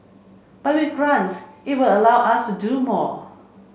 but with grants it could allow us to do more